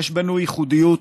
יש בנו ייחודיות,